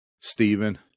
Stephen